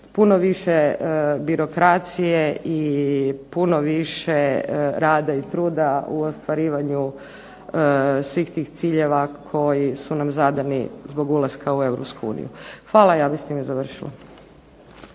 puno više birokracije i puno više rada i truda u ostvarivanju svih tih ciljeva koji su nam zadani zbog ulaska u Europsku uniju. Hvala. Ja bih s time završila.